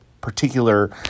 particular